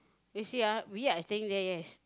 you see ah we are staying there yes